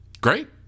Great